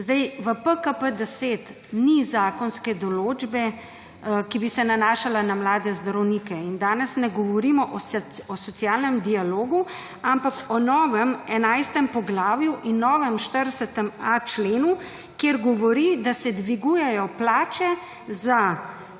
Zdaj, v PKP-10 ni zakonske določbe, ki bi se nanašala na mlade zdravnike in danes ne govorimo o socialnem dialogu, ampak o novem 11. poglavju in novem 40.a členu, kjer govori, da se dvigujejo plače za